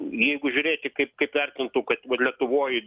jeigu žiūrėti kaip kaip vertintų kad va lietuvoj